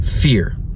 fear